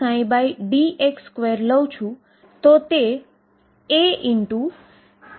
જ્યારે હું અહીં બાદ કરું છું ત્યારે મને d2dx2k2ψ0 મળશે